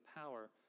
power